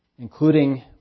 including